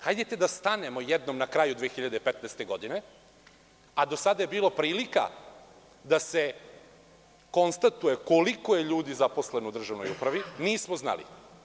Hajdete da stanemo jednom na kraju 2015. godine, a do sada je bilo prilika da se konstatuje koliko je ljudi zaposleno u državnoj upravi, nismo znali.